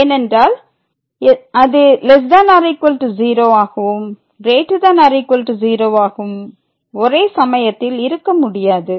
ஏனென்றால் அது ≤ 0 ஆகவும் ≥ 0 ஆகவும் ஒரே சமயத்தில் இருக்க முடியாது